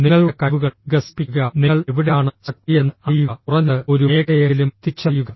നിങ്ങളുടെ കഴിവുകൾ വികസിപ്പിക്കുക നിങ്ങൾ എവിടെയാണ് ശക്തിയെന്ന് അറിയുക കുറഞ്ഞത് ഒരു മേഖലയെങ്കിലും തിരിച്ചറിയുക